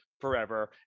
forever